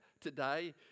today